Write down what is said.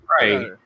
right